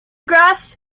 grass